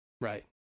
right